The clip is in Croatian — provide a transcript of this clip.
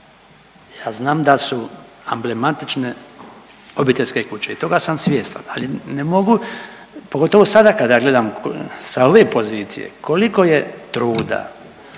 Ja znam da su amblematične obiteljske kuće i toga sam svjestan, ali ne mogu pogotovo sada kada gledam sa ove pozicije koliko je truda